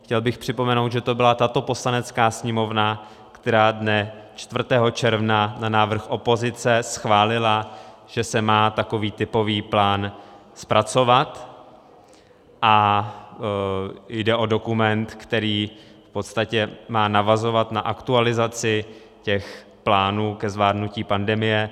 Chtěl bych připomenout, že to byla tato Poslanecká sněmovna, která dne 4. června na návrh opozice schválila, že se má takový typový plán zpracovat, a jde o dokument, který má v podstatě navazovat na aktualizaci plánů ke zvládnutí pandemie.